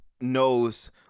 knows